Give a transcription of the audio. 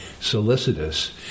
solicitous